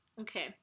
okay